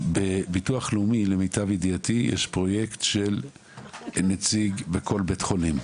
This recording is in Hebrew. בביטוח הלאומי יש פרויקט של נציג לכל בית חולים.